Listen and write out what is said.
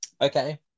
Okay